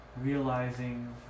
realizing